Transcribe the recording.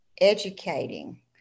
educating